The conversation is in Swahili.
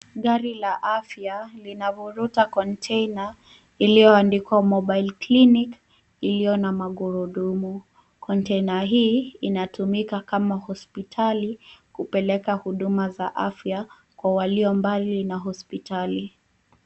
Gari la afya linavuruta kontena iliyoandikwa mobile clinic iliyo na magurudumu. Kontena hii inatumika kama hospitali kupeleka huduma za afya kwa walio mbali na hospitali.